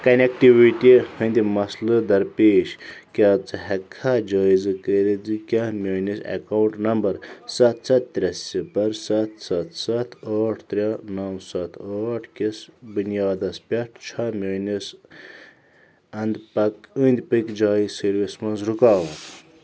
connectivity ہنٛدۍ مسلہٕ درپیش کیٛاہ ژٕ ہیٚکھہِ کھا جایِزٕہ کٔرِتھ زِ کیٛاہ میٛٲنِس ایٚکاونٛٹ نمبَر سَتھ سَتھ ترٛےٚ صِفَر سَتھ سَتھ سَتھ ٲٹھ ترٛےٚ نَو سَتھ ٲٹھ کِس بُنیادَس پٮ۪ٹھ چھا میٛٲنِس اَنٛدۍ پٔکۍ أنٛدۍ پٔکۍ جایہِ سٔروِس منٛز رُکاوَٹ